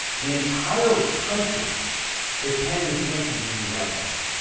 the entire country is paying attention to you right now.